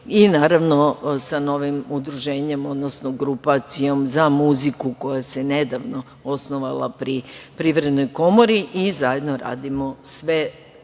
i naravno sa novim Udruženjem, odnosno grupacijom za muziku koja se nedavno osnovala pri Privrednoj komori i zajedno radimo sve